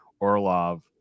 Orlov